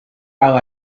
how